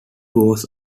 was